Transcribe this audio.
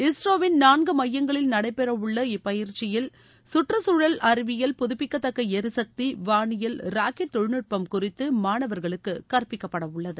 இஸ்ரோவின் நான்கு மையங்களில் நடைபெற உள்ள இப்பயிற்சியில் சுற்றுசூழல் அறிவியல் புதுப்பிக்கத்தக்க எரிசக்தி வானியல் ராக்கெட் தொழில்நுட்பம் குறித்து மாணவா்களுக்கு கற்பிக்கப்பட உள்ளது